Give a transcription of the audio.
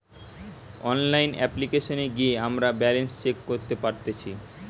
online অপ্লিকেশনে গিয়ে আমরা ব্যালান্স চেক করতে পারতেচ্ছি